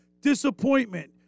Disappointment